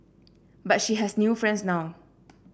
but she has new friends now